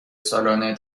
سالانه